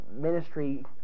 ministry